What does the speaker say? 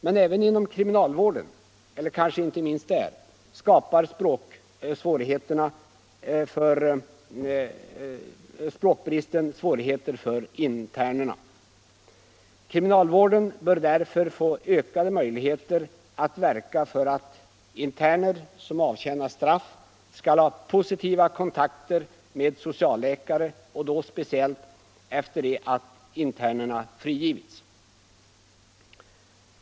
Men även inom kriminalvården — eller kanske inte minst där — skapar språkbristen svårigheter för internerna. Kriminalvården bör därför få ökade möjligheter att verka för att interner som avtjänar straff skall få positiva kontakter med socialläkare och då speciellt efter det att internerna frigivits.